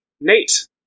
Nate